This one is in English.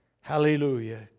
Hallelujah